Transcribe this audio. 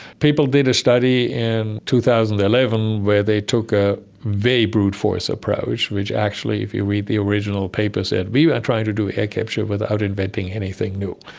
people did a study in two thousand and eleven where they took a very brute force approach, which actually if you read the original papers that we were trying to do air capture without inventing anything new.